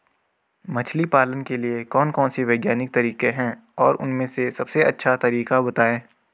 मछली पालन के लिए कौन कौन से वैज्ञानिक तरीके हैं और उन में से सबसे अच्छा तरीका बतायें?